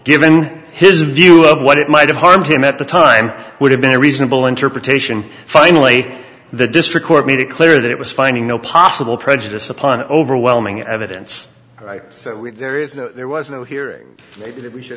given his view of what it might have harmed him at the time would have been a reasonable interpretation finally the district court made it clear that it was finding no possible prejudice upon overwhelming evidence that we there is no there was no hearing that we should